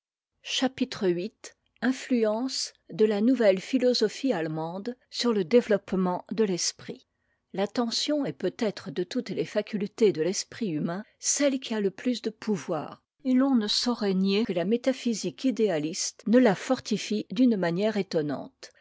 chapitre vih t emce cle la momueme philosophie allemande sur le eo e mem l'esprit l'attention est peut-être de toutes les facultés de l'esprit humain celle qui a le plus de pouvoir et l'on ne saurait nier que la métaphysique idéaliste ne la fortifie d'une manière étonnante